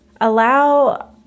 allow